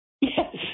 Yes